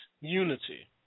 unity